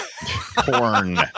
porn